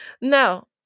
Now